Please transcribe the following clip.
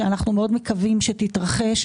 שאנחנו מאוד מקווים שתתרחש,